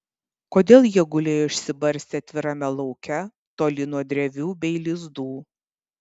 kodėl jie gulėjo išsibarstę atvirame lauke toli nuo drevių bei lizdų